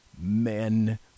Men